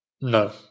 No